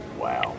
Wow